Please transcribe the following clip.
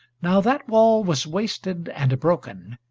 now that wall was wasted and broken,